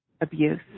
abuse